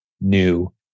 new